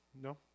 No